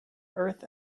earth